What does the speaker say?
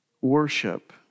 worship